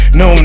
no